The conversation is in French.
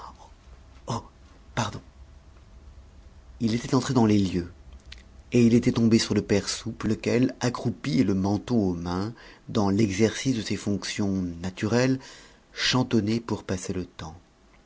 pardon il était entré dans les lieux et il était tombé sur le père soupe lequel accroupi et le menton aux mains dans l'exercice de ses fonctions naturelles chantonnait pour passer le temps